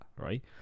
right